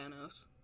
Thanos